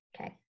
Okay